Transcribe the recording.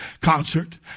concert